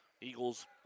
Eagles